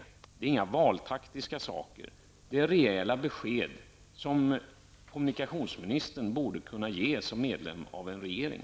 Detta är inga valtaktiska saker; det är rejäla besked, som kommunikationsministern borde kunna ge som medlem av en regering.